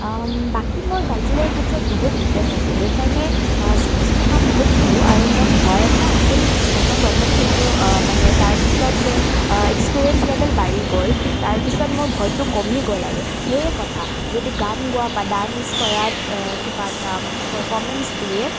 বাকী মোৰ কাল্চাৰেল ক্ষেত্ৰত বহুত ইণ্টাৰেষ্ট আছে সেইকাৰণে ষ্টেজ প্ৰ'গ্ৰাম বহুত কৰোঁ আৰু মোৰ ভয় এটা আছিল প্ৰথম প্ৰথম কিন্তু মানে তাৰপিছত যে এক্সপেৰিয়েন্স লেভেল বাঢ়ি গ'ল তাৰপিছত মোৰ ভয়টো কমি গ'ল আৰু সেয়ে কথা যদি গান গোৱা বা ডান্স কৰা কিবা এটা পাৰফৰ্মেন্স দিয়ে